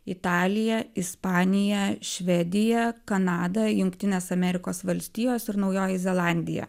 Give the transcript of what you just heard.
italija ispanija švedija kanada jungtinės amerikos valstijos ir naujoji zelandija